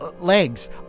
legs